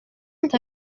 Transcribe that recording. touch